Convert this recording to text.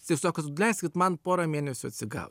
tiesiog leiskit man pora mėnesių atsigaut